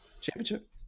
championship